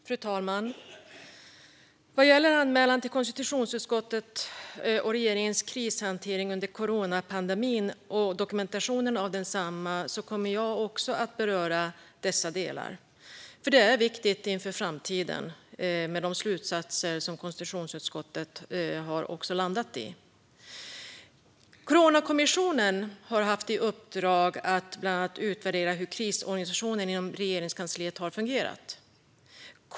Fru talman! Vad gäller anmälan till konstitutionsutskottet om regeringens krishantering under coronapandemin och dokumentationen av densamma kommer jag också att beröra dessa delar. Det är viktigt inför framtiden med de slutsatser som konstitutionsutskottet har landat i. Coronakommissionen har haft i uppdrag att bland annat utvärdera hur krisorganisationen inom Regeringskansliet har fungerat.